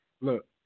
Look